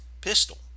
pistol